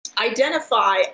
identify